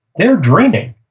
they're dreaming.